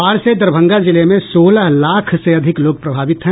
बाढ़ से दरभंगा जिले में सोलह लाख से अधिक लोग प्रभावित हैं